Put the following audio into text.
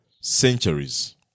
centuries